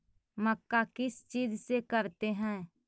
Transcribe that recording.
मक्का किस चीज से करते हैं?